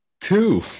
two